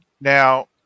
Now